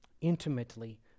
intimately